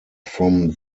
from